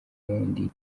wundi